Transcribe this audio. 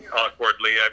awkwardly